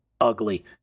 ugly